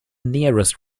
nearest